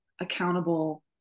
accountable